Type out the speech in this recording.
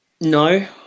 no